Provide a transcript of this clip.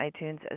iTunes